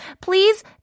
please